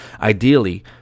ideally